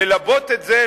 ללבות את זה,